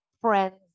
friends